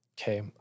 Okay